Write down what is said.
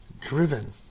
driven